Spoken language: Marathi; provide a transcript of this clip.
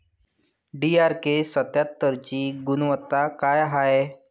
डी.आर.के सत्यात्तरची गुनवत्ता काय हाय?